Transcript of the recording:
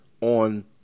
on